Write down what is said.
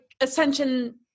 ascension